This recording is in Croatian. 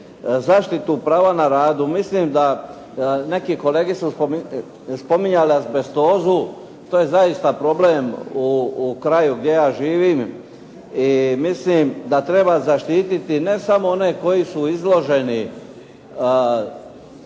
zaštite prava na radu mislim da neki kolege su spominjali azbestozu. To je zaista problem u kraju gdje ja živim i mislim da treba zaštititi ne samo one koji su izloženi